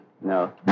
No